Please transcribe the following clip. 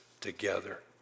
together